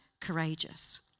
courageous